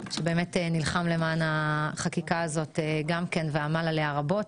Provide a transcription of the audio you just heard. שנלחם למען החקיקה הזאת ועמל עליה רבות.